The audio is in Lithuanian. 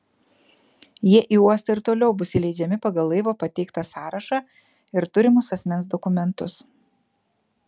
jie į uostą ir toliau bus įleidžiami pagal laivo pateiktą sąrašą ir turimus asmens dokumentus